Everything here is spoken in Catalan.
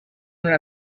una